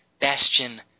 bastion